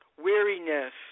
weariness